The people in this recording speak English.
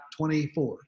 24